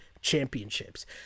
championships